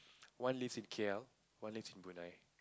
one lives in K_L one lives in Brunei